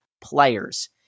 players